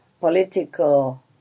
Political